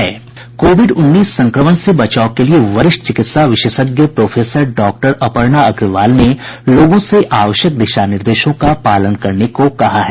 Covid उन्नीस संक्रमण से बचाव के लिए वरिष्ठ चिकित्सा विशेषज्ञ प्रोफेसर डॉक्टर अपर्णा अग्रवाल ने लोगों से आवश्यक दिशा निर्देशों का पालन करने को कहा है